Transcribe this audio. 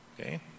okay